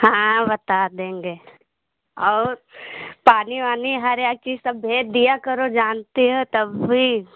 हाँ बता देंगे और पानी वानी हर एक चीज़ सब दिया करो जानती हो तब भी